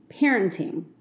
Parenting